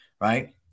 right